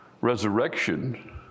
resurrection